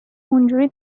اونجوری